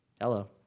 Hello